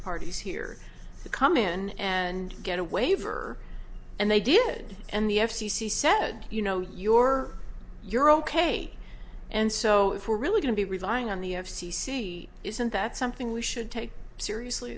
parties here to come in and get a waiver and they did and the f c c said you know your your ok and so we're really going to be relying on the f c c isn't that something we should take seriously